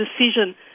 decision